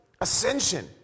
ascension